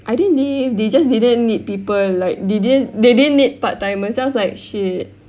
I didn't leave they just didn't need people like they didn't they didn't need part timers then I was like shit